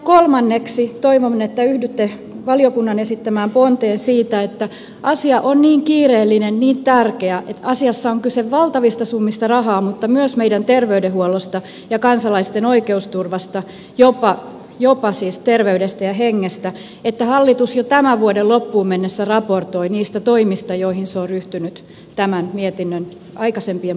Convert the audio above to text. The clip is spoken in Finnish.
kolmanneksi toivon että yhdytte valiokunnan esittämään ponteen siitä että asia on niin kiireellinen niin tärkeä ja asiassa on kyse valtavista summista rahaa mutta myös meidän terveydenhuollostamme ja kansalaisten oikeusturvasta siis jopa terveydestä ja hengestä että hallitus jo tämän vuoden loppuun mennessä raportoi niistä toimista joihin se on ryhtynyt tämän mietinnön aikaisempien ponsien osalta